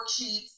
worksheets